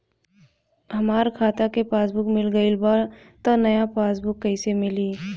हमार खाता के पासबूक भर गएल बा त नया पासबूक कइसे मिली?